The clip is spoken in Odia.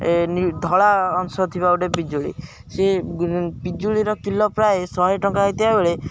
ଏ ଧଳା ଅଂଶ ଥିବା ଗୋଟେ ପିଜୁଳି ସିଏ ପିଜୁଳିର କିଲୋ ପ୍ରାୟ ଶହେ ଟଙ୍କା ହେଇଥିବା ବେଳେ